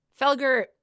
Felger